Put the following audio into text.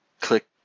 click